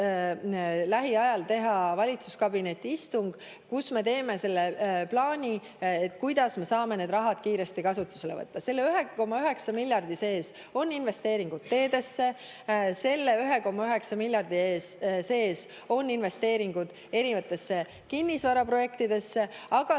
lähiajal teha valitsuskabineti istung, kus me teeme plaani, kuidas me saame need rahad kiiresti kasutusele võtta. Selle 1,9 miljardi sees on investeeringud teedesse, seal sees on investeeringud kinnisvaraprojektidesse, aga